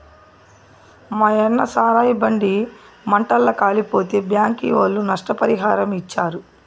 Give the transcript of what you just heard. మాయన్న సారాయి బండి మంటల్ల కాలిపోతే బ్యాంకీ ఒళ్ళు నష్టపరిహారమిచ్చారు